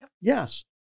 Yes